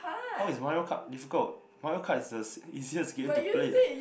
how is Mario-Kart difficult Mario-Kart is the easiest game to play